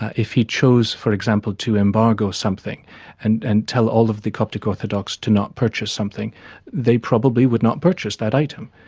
if he chose for example to embargo something and and tell all of the coptic orthodox to not purchase something they probably would not purchase that item.